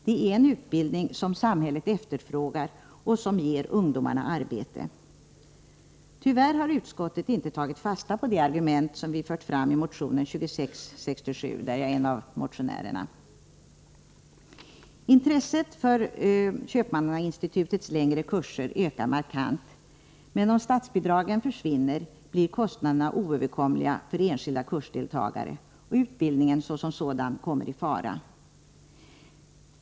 Det är en utbildning som samhället efterfrågar och som ger ungdomarna arbete. Tyvärr har utskottet inte tagit fasta på de argument som vi fört fram i motion 2667, där jag är en av motionärerna. Intresset för Köpmannainstitutets längre kurser ökar markant, men om statsbidraget försvinner blir kostnaderna oöverkomliga för enskilda kursdeltagare, och utbildningen som sådan kommer i fara.